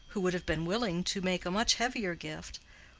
who would have been willing to make a much heavier gift,